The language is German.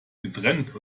getrennt